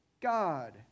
god